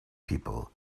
people